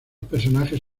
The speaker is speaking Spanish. personajes